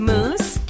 Moose